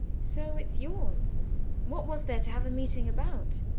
so it's yours what was there to have a meeting about?